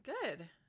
Good